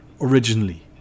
originally